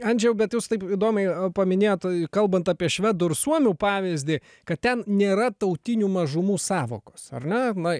andžejau bet jūs taip įdomiai a paminėjot kalbant apie švedų ir suomių pavyzdį kad ten nėra tautinių mažumų sąvokos ar ne na